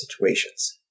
situations